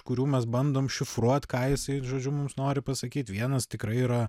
kurių mes bandom šifruot ką jisai žodžiu mums nori pasakyt vienas tikrai yra